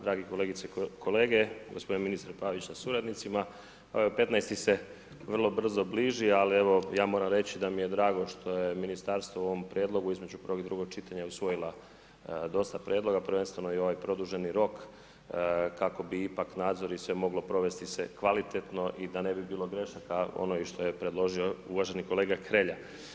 Drage kolegice i kolege, gospodine ministre Pavić sa suradnicima, evo 15. se vrlo brzo bliži, ali evo, ja moram reći, da mi je drago što je ministarstvo u ovom prijedlogu između prvog i drugog čitanja usvojila dosta prijedloga, prvenstveno i ovaj produženi rok, kako bi ipak, nadzori se moglo provesti se kvalitetno i da ne bi bilo grešaka ono što je predložio uvaženi kolega Hrelja.